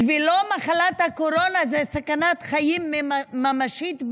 בשבילו מחלת הקורונה זה סכנת חיים ממשית,